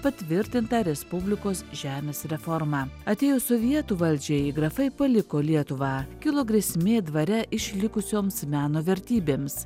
patvirtintą respublikos žemės reformą atėjus sovietų valdžiai grafai paliko lietuvą kilo grėsmė dvare išlikusioms meno vertybėms